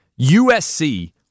USC